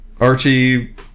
Archie